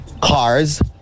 Cars